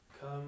Come